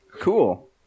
Cool